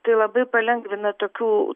tai labai palengvina tokių